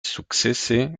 sukcese